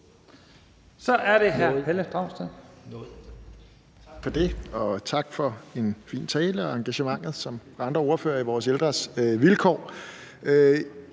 Det er det her